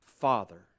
Father